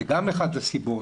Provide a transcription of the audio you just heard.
זו גם אחת הסיבות.